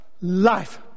Life